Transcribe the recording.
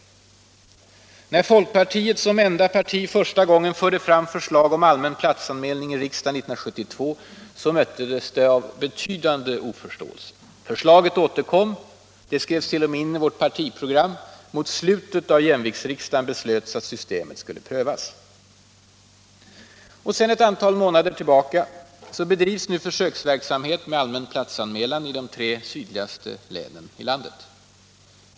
När folkpartiet år 1972 som enda parti första gången förde fram förslag om allmän platsanmälan i riksdagen möttes det av en betydande oförståelse. Förslaget återkom. Det skrevs t.o.m. in i vårt partiprogram, och mot slutet av jämviktsriksdagen beslöts att systemet skulle prövas. Sedan ett antal månader tillbaka bedrivs nu försöksverksamhet med allmän platsanmälan i de tre sydligaste länen i landet.